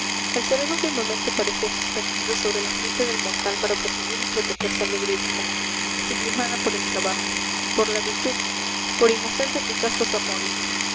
el sereno firmamento parecía suspendido sobre la frente del mortal para presidir y proteger su alegre vida sublimada por el trabajo por la virtud por inocentes y castos amores